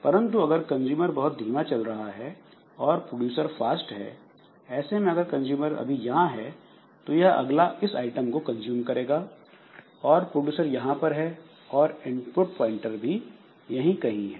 परंतु अगर कंजूमर बहुत धीमा चल रहा है और प्रोड्यूसर फास्ट है ऐसे में अगर कंजूमर अभी यहां है तो यह अगला इस आइटम को कंज्यूम करेगा और प्रोड्यूसर यहां पर हैं और इनपुट प्वाइंटर यहां पर कहीं है